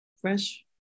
fresh